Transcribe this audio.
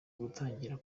gutangira